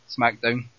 Smackdown